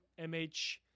Mh